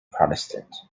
protestant